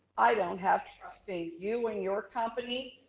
i don't have trust in you and your company,